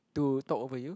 to talk over you